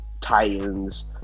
Titans